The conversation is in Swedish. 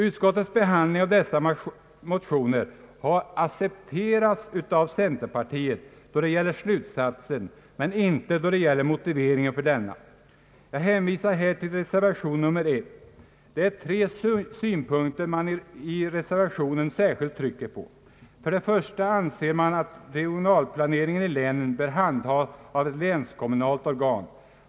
Utskottets behandling av dessa motioner har accepterats av centerpartiet då det gäller slutsatsen men inte då det gäller motiveringen för denna. Jag hänvisar här till reservationen nr 1. Det är tre synpunkter som man i reservationen särskilt trycker på. För det första anser man attregionalplaneringen i länen bör handhas av ett länskommunalt organ.